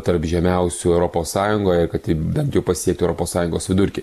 tarp žemiausių europos sąjungoje kad ji bent jau pasiektų europos sąjungos vidurkį